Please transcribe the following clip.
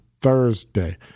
Thursday